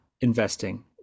investing